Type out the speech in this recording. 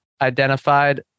identified